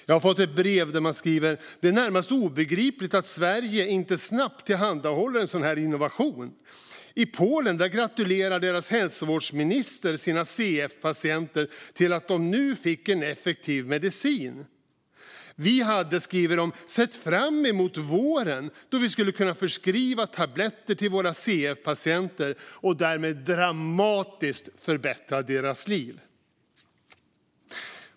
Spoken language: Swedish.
Jag har fått ett brev där man skriver: Det är närmast obegripligt att Sverige inte snabbt tillhandahåller en sådan innovation. I Polen gratulerade deras hälsovårdsminister sina CF-patienter till att de nu fick en effektiv medicin. Vi hade, skriver de vidare, sett fram emot våren då vi skulle kunna förskriva tabletter till våra CF-patienter och därmed dramatiskt förbättra deras liv.